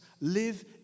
live